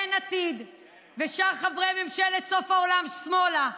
אין עתיד ושאר חברי ממשלת סוף העולם שמאלה.